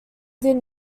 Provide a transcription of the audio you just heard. did